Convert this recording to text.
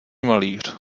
malíř